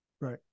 Right